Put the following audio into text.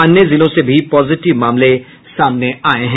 अन्य जिलों से भी पॉजिटिव मामले सामने आये हैं